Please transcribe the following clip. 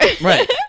Right